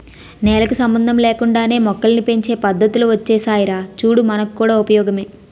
నేలకు సంబంధం లేకుండానే మొక్కల్ని పెంచే పద్దతులు ఒచ్చేసాయిరా చూడు మనకు కూడా ఉపయోగమే